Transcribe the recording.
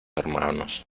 hermanos